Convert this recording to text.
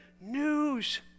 news